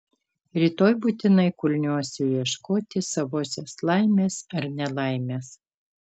rytoj būtinai kulniuosiu ieškoti savosios laimės ar nelaimės